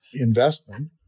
investment